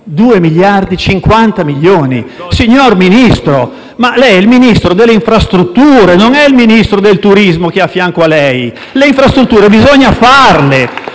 2 miliardi contro 50 milioni. Lei è il Ministro delle infrastrutture, non è il Ministro del turismo che è a fianco a lei. Le infrastrutture bisogna farle!